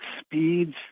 speeds